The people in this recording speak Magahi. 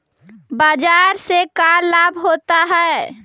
बाजार से का लाभ होता है?